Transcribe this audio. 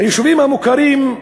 ביישובים המוכרים,